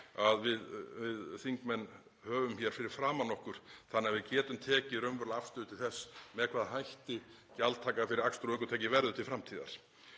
að við þingmenn höfum hér fyrir framan okkur þannig að við getum tekið raunverulega afstöðu til þess með hvaða hætti gjaldtaka fyrir akstur og ökutæki verður til framtíðar.